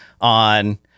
on